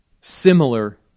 similar